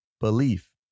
belief